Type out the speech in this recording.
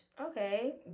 Okay